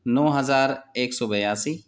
نو ہزار ایک سو بیاسی